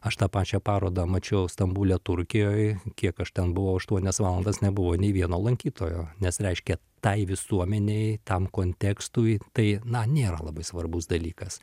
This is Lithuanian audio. aš tą pačią parodą mačiau stambule turkijoj kiek aš ten buvau aštuonias valandas nebuvo nei vieno lankytojo nes reiškia tai visuomenei tam kontekstui tai na nėra labai svarbus dalykas